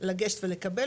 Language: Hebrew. לגשת ולקבל.